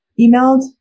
emailed